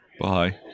Bye